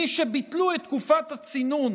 מי שביטלו את תקופת הצינון